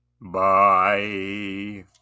bye